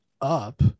up